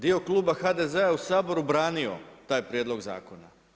Dio kluba HDZ-a je u Saboru branio taj prijedlog zakona.